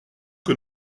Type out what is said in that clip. que